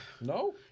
No